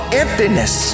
emptiness